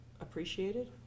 appreciated